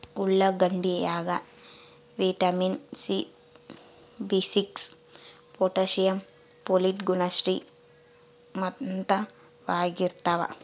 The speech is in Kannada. ಉಳ್ಳಾಗಡ್ಡಿ ಯಾಗ vitamin C B six potassium folate ಗುಣ ಶ್ರೀಮಂತವಾಗಿರ್ತಾವ